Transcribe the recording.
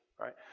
right